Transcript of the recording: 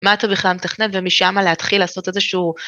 מה אתה בכלל מתכנן, ומשם להתחיל לעשות איזשהו.